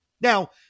Now